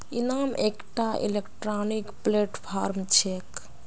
इनाम एकटा electronic platform छेक